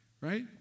right